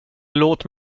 låt